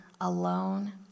alone